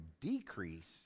decrease